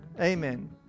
Amen